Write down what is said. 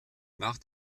nach